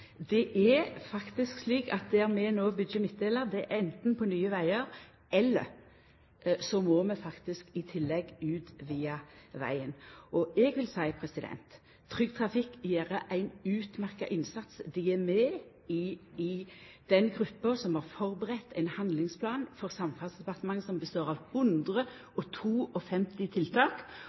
er anten på nye vegar eller så må vi faktisk i tillegg utvida vegen. Trygg Trafikk gjer ein utmerkt innsats. Dei er med i den gruppa som har førebudd ein handlingsplan for Samferdselsdepartementet som består av 152 tiltak, der tre av dei viktigaste nettopp er tiltak